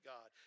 God